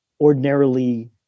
ordinarily